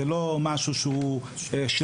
זה לא משהו שהוא שרירותי.